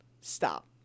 Stop